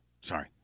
sorry